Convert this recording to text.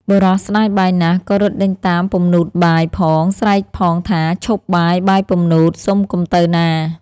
បុរសស្តាយបាយណាស់ ក៏រត់ដេញតាមពំនូតបាយផង ស្រែកផងថា ឈប់បាយ បាយពំនួត សុំកុំទៅណា ។